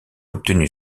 obtenu